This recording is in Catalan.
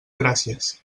gràcies